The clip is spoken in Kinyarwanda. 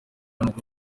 nk’uko